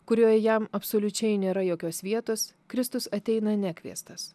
kurioje jam absoliučiai nėra jokios vietos kristus ateina nekviestas